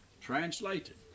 Translated